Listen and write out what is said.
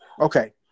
Okay